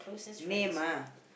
name ah